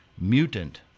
mutant